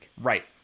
right